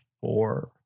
four